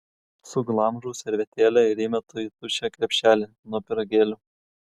suglamžau servetėlę ir įmetu į tuščią krepšelį nuo pyragėlių